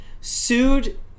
sued